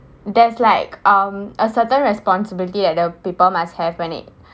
that's like um a certain responsibility that the people must have when it